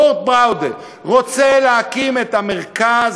"אורט בראודה" רוצה להקים את המרכז